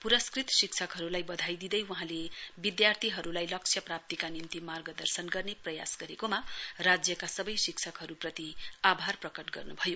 पुरस्कृत शिक्षकहरूलाई बधाई दिँदै वहाँले विद्यार्थीहरूलाई लक्ष्य प्राप्तिका निम्ति मार्गदर्शन गर्ने प्रयास गरेकोमा राज्यका सबै शिक्षकहरूप्रति आभार प्रकट गर्नु भयो